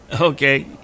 Okay